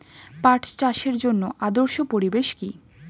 পাট চাষের জন্য আদর্শ পরিবেশ কি?